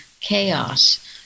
chaos